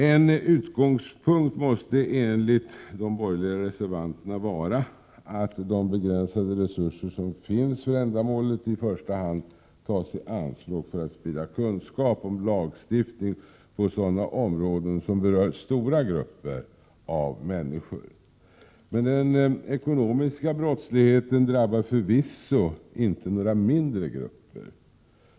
En utgångspunkt måste enligt de borgerliga reservanterna vara att de begränsade resurser som finns för ändamålet i första hand tas i anspråk för att sprida kunskap om lagstiftning på sådana områden som berör stora grupper av människor. Men den ekonomiska brottsligheten drabbar förvisso inte några mindre grupper.